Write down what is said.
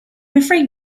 afraid